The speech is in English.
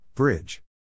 Bridge